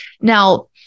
Now